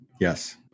yes